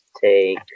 take